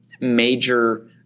major